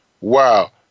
Wow